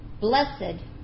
blessed